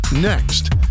next